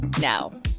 now